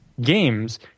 games